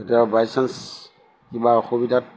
তেতিয়া by chance কিবা অসুবিধাত